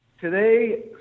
Today